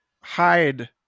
hide